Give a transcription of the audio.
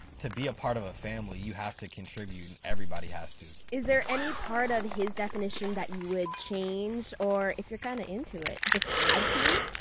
to be a part of a family, you have to contribute. and everybody has to. is there any part of his definition that you would change or, if you're kind of into it, just add to?